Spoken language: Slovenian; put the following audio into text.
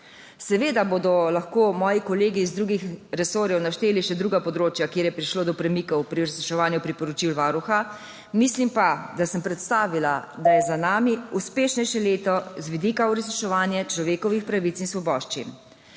Seveda bodo lahko moji kolegi iz drugih resorjev našteli še druga področja, kjer je prišlo do premikov pri uresničevanju priporočil Varuha, mislim pa, da sem predstavila, da je za nami uspešnejše leto z vidika uresničevanja človekovih pravic in svoboščin.